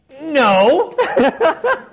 No